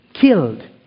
killed